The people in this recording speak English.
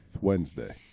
Wednesday